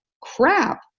crap